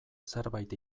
zerbait